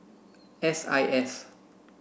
S I S